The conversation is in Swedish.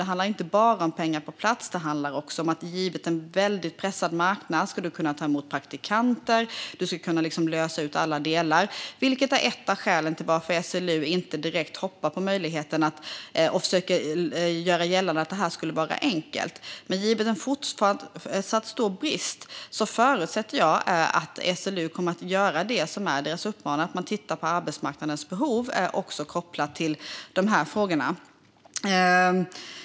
Det handlar inte bara om pengar på plats, utan det handlar också om att givet en väldigt pressad marknad kunna ta emot praktikanter. Man ska kunna lösa alla delar, vilket är ett av skälen till att SLU inte direkt hoppar på möjligheten och försöker göra gällande att detta skulle vara enkelt. Men givet en även fortsättningsvis stor brist förutsätter jag att SLU kommer att göra det som de uppmanas att göra och tittar på arbetsmarknadens behov, också kopplat till dessa frågor.